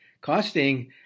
costing